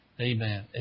Amen